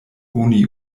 oni